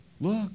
Look